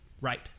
right